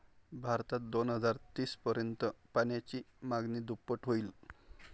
भारतात दोन हजार तीस पर्यंत पाण्याची मागणी दुप्पट होईल